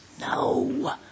no